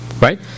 Right